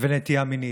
ונטייה מינית.